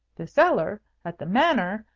the cellar! at the manor!